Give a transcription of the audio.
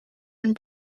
and